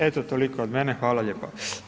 Eto toliko od mene, hvala lijepa.